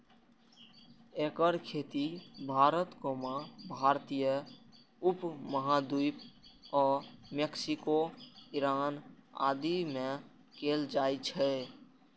एकर खेती भारत, भारतीय उप महाद्वीप आ मैक्सिको, ईरान आदि मे कैल जाइ छै